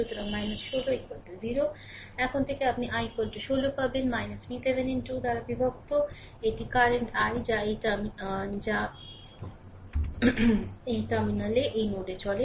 সুতরাং ষোল 0 এখান থেকে আপনি i 16 পাবেন VThevenin 2 দ্বারা বিভক্ত এটি কারেন্ট i যা এই টার্মিনালে এই নোডে চলে